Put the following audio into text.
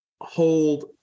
hold